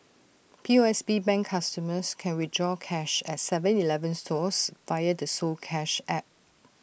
P O S B bank customers can withdraw cash at Seven Eleven stores via the soCash app